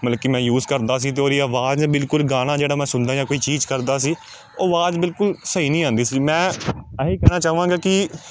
ਮਤਲਬ ਕਿ ਮੈਂ ਯੂਜ ਕਰਦਾ ਸੀ ਅਤੇ ਉਹਦੀ ਆਵਾਜ਼ ਬਿਲਕੁਲ ਗਾਣਾ ਜਿਹੜਾ ਮੈਂ ਸੁਣਦਾ ਜਾਂ ਕੋਈ ਚੀਜ਼ ਕਰਦਾ ਸੀ ਉਹ ਆਵਾਜ਼ ਬਿਲਕੁਲ ਸਹੀ ਨਹੀਂ ਆਉਂਦੀ ਸੀ ਮੈਂ ਇਹ ਹੀ ਕਹਿਣਾ ਚਾਹਵਾਂਗਾ ਕਿ